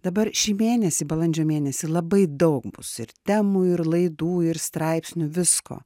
dabar šį mėnesį balandžio mėnesį labai daug bus ir temų ir laidų ir straipsnių visko